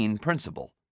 Principle